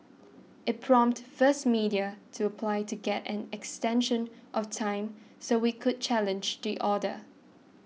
it prompted First Media to apply to get an extension of time so it could challenge the order